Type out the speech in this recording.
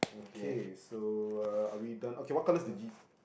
K so uh are we done okay what colours the jeep